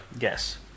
Yes